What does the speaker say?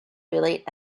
relate